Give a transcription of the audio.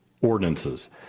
ordinances